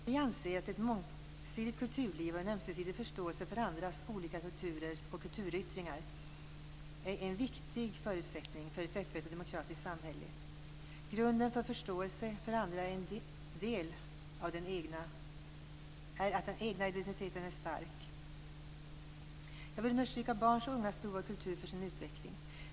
Vi anser att ett mångsidigt kulturliv och en ömsesidig förståelse för andras olika kulturer och kulturyttringar är en viktig förutsättning för ett öppet och demokratiskt samhälle. Grunden för förståelse för andra är att den egna identiteten är stark. Jag vill understryka barns och ungas behov av kultur för sin utveckling.